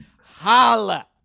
Holla